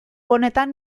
honetan